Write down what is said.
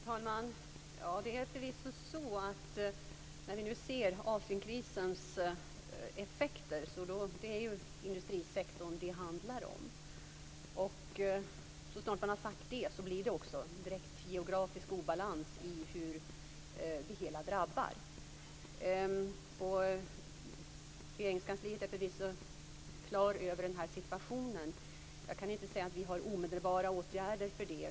Fru talman! Ja, när vi nu ser Asienkrisens effekter så är det förvisso industrisektorn det handlar om. Så snart man har sagt det blir det också en direkt geografisk obalans när det gäller hur detta drabbar. Regeringskansliet är förvisso klar över den här situationen. Jag kan inte säga att vi har omedelbara åtgärder för det.